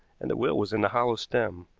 and the will was in the hollow stem.